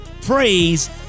praise